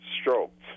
stroked